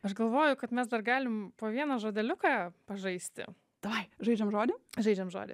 aš galvoju kad mes dar galim po vieną žodeliuką pažaisti davai žaidžiam žodį žaidžiam žodį